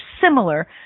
similar